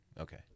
Okay